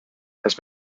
has